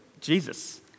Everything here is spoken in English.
Jesus